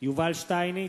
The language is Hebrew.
יובל שטייניץ,